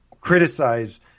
criticize